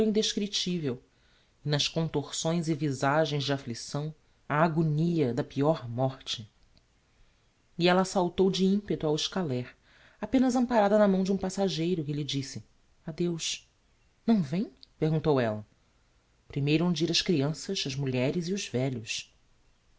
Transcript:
e nas contorsões e visagens de afflicção a agonia da peor morte e ella saltou de impeto ao escaler apenas amparada na mão de um passageiro que lhe disse adeus não vem perguntou ella primeiro hão de ir as crianças as mulheres e os velhos